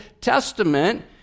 Testament